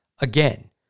Again